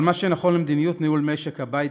אבל מה שנכון לניהול מדיניות משק-הבית,